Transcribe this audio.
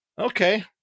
Okay